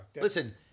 Listen